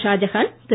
Shahjahan Thiru